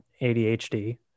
ADHD